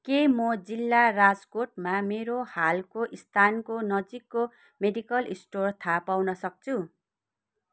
के म जिल्ला राजकोटमा मेरो हालको स्थानको नजिकको मेडिकल स्टोर थाहा पाउन सक्छु